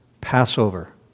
Passover